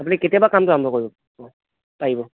আপুনি কেতিয়াৰ পৰা কামটো আৰম্ভ কৰিব পাৰিব